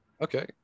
Okay